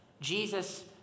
Jesus